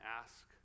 ask